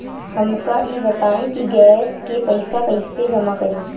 हमका ई बताई कि गैस के पइसा कईसे जमा करी?